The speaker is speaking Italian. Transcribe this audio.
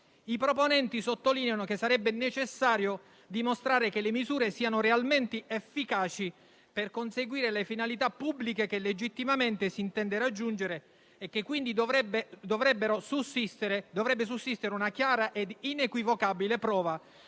I proponenti sottolineano che sarebbe necessario dimostrare che le misure siano realmente efficaci per conseguire le finalità pubbliche che legittimamente si intende raggiungere e che, quindi, dovrebbe sussistere una chiara e inequivocabile prova